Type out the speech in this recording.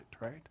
Right